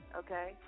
okay